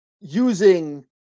using